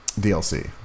DLC